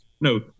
no